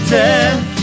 death